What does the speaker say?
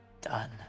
done